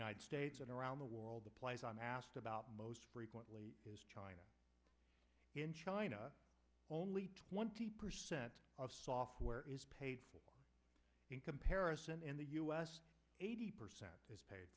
united states and around the world the place i'm asked about most frequently is china in china only twenty percent of software is paid in comparison in the us eighty percent